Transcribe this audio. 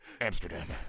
Amsterdam